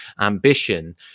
ambition